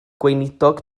gweinidog